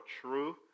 true